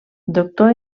doctor